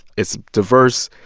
is diverse,